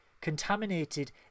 contaminated